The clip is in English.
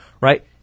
right